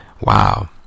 wow